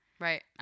Right